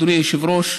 אדוני היושב-ראש,